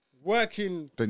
working